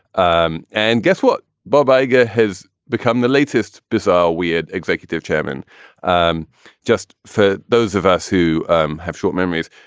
um and guess what? bob iger has become the latest bizarre, weird executive chairman um just for those of us who um have short memories.